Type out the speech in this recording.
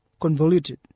convoluted